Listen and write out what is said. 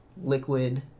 liquid